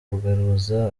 kugaruza